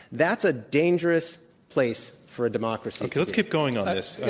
that's a dangerous place for a democracy. okay, let's keep going on this.